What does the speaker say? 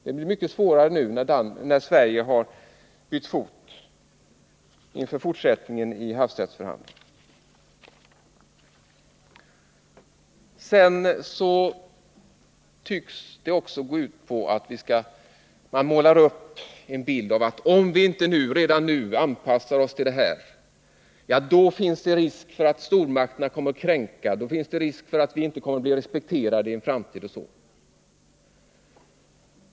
Det blir mycket svårare för dem inför fortsättningen i havsrättsförhandlingarna om Sverige nu byter fot. Georg Åberg målade också upp en bild av hur det blir om vi inte redan nu anpassar oss. Då finns det risk för att stormakterna kommer att kränka våra sjögränser, och då finns det risk för att vi inte kommer att bli respekterade i en framtid.